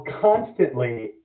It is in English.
constantly